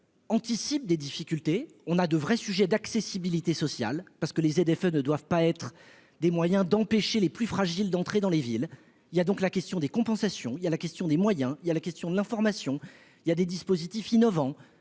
Anticipe des difficultés, on a de vrais sujets d'accessibilité sociale parce que les aider feux ne doivent pas être des moyens d'empêcher les plus fragiles d'entrer dans les villes, il y a donc la question des compensations il y a la question des moyens, il y a la question de l'information, il y a des dispositifs innovants